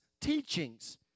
teachings